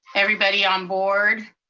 everybody on board,